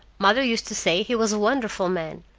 mother used to say he was a wonderful man.